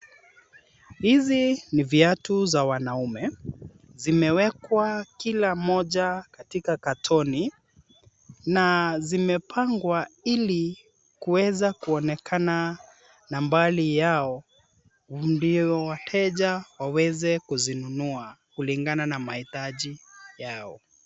Hizi ni viatu za wanaume. Zimewekwa kila moja katika katoni na zimepangwa ili kuweza kuonekana na mbali yao ndio wateja waweze kuzinunua kulingana na mahitaji yao.